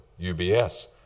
UBS